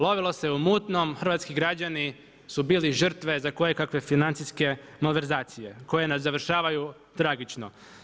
Lovilo se u mutnom, hrvatski građani su bili žrtve za koje kakve financijske malverzacije koje završavaju tragično.